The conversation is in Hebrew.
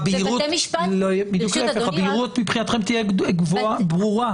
בדיוק להפך, מבחינתכם יש יותר בהירות.